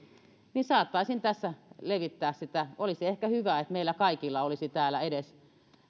niin saattaisin tässä levittää sitä olisi ehkä hyvä että meillä kaikilla olisi täällä edes